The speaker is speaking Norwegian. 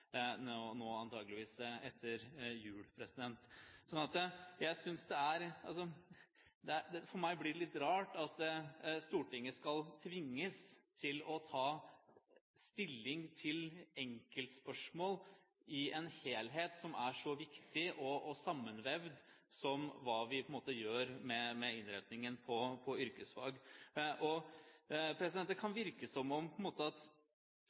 etter jul. For meg blir det litt rart at Stortinget skal tvinges til å ta stilling til enkeltspørsmål – i en helhet som er så viktig og sammenvevd med hensyn til innretningen på yrkesfag. Det kan virke som om det å fremme forslag i Stortinget og